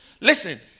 Listen